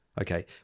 okay